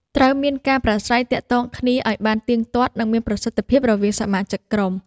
ត្រូវមានការ ប្រាស្រ័យទាក់ទងគ្នា ឲ្យបានទៀងទាត់ និងមានប្រសិទ្ធភាពរវាងសមាជិកក្រុម។